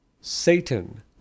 Satan